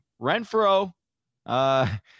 Renfro